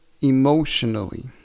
emotionally